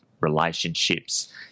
relationships